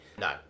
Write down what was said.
no